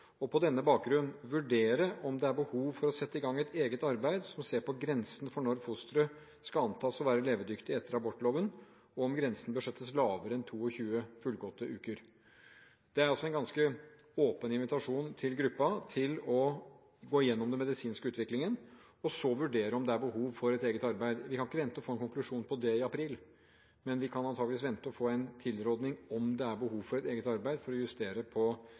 og på denne bakgrunn vurdere om det er behov for å sette i gang et eget arbeid som ser på grensen for når fosteret skal antas å være levedyktig etter abortloven og om grensen bør settes lavere enn 22 fullgåtte uker». Det er altså en ganske åpen invitasjon til gruppen om å gå igjennom den medisinske utviklingen og så vurdere om det er behov for et eget arbeid. Vi kan ikke vente å få en konklusjon på det i april, men vi kan antakeligvis vente å få en tilråding om det er behov for et eget arbeid for å justere